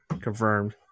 confirmed